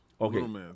Okay